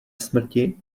smrti